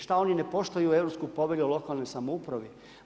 Šta oni ne poštuju Europsku povelju o lokalnoj samoupravi?